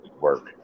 work